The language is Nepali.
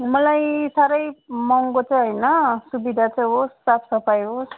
मलाई साह्रै महँगो चाहिँ होइन सुविधा चाहिँ होस् साफसफाइ होस्